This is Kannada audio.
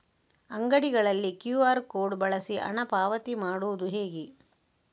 ಅಂಗಡಿಗಳಲ್ಲಿ ಕ್ಯೂ.ಆರ್ ಕೋಡ್ ಬಳಸಿ ಹಣ ಪಾವತಿ ಮಾಡೋದು ಹೇಗೆ?